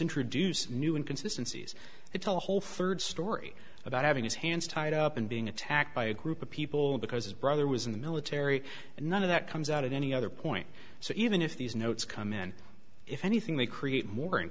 introduce new and consistencies it's a whole third story about having his hands tied up and being attacked by a group of people because a brother was in the military and none of that comes out of any other point so even if these notes come in if anything they create more and